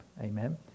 Amen